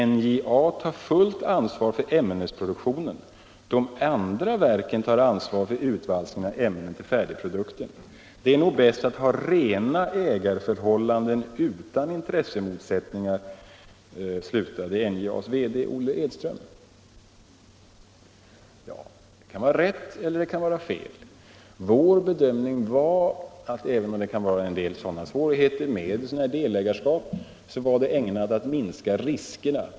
NJA tar fullt ansvar för ämnesproduktionen. De andra verken tar ansvar för utvalsning av ämnen till färdigprodukter. Det är nog bäst att ha rena ägarförhållanden utan intressemotsättningar. Detta sade alltså NJA:s verkställande direktör John Olof Edström. Detta kan vara riktigt, och det kan vara felaktigt. Vår bedömning var att även om ett delägarskap kan vara förenat med en del svårigheter så var ett samarbete ägnat att minska riskerna.